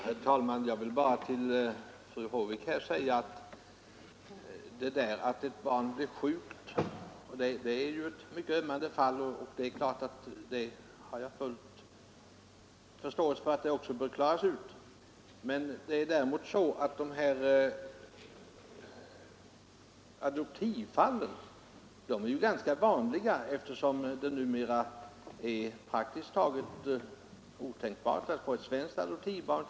Herr talman! Jag vill bara till fru Håvik säga att det naturligtvis är mycket ömmande fall när ett barn blir sjukt. Jag har full förståelse för att de problemen också bör klaras ut. Men det är faktiskt så att adoptivfallen är ganska vanliga, eftersom det numera praktiskt taget är otänkbart att få ett svenskt adoptivbarn.